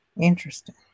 Interesting